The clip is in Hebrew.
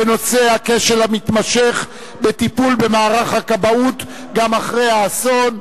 בנושא: הכשל המתמשך בטיפול במערך הכבאות גם אחרי האסון.